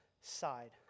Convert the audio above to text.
side